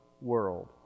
world